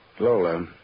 Lola